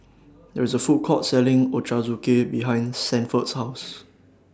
There IS A Food Court Selling Ochazuke behind Sanford's House